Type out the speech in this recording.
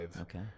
Okay